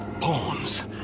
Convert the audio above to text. Pawns